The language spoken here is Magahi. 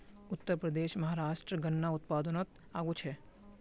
उत्तरप्रदेश, महाराष्ट्र गन्नार उत्पादनोत आगू छे